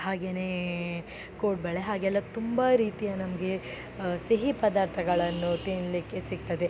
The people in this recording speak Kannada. ಹಾಗೆಯೇ ಕೋಡುಬಳೆ ಹಾಗೆಲ್ಲ ತುಂಬ ರೀತಿಯ ನಮಗೆ ಸಿಹಿ ಪದಾರ್ಥಗಳನ್ನು ತಿನ್ನಲಿಕ್ಕೆ ಸಿಕ್ತದೆ